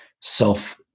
self